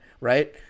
right